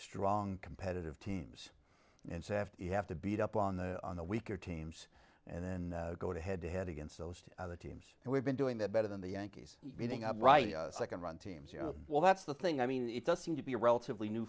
strong competitive teams and you have to beat up on the on the weaker team and then go to head to head against a list of the teams and we've been doing that better than the yankees eating up right second run teams you know well that's the thing i mean it does seem to be a relatively new